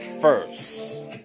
first